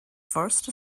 first